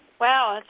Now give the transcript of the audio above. wow,